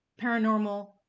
paranormal